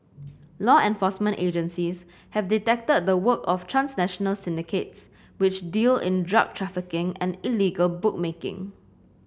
law enforcement agencies have detected the work of transnational syndicates which deal in drug trafficking and illegal bookmaking